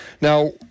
Now